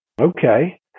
okay